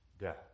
death